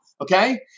okay